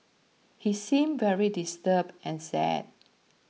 he seemed very disturbed and sad